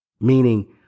Meaning